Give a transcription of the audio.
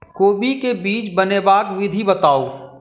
कोबी केँ बीज बनेबाक विधि बताऊ?